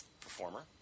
performer